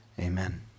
Amen